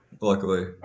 Luckily